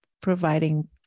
providing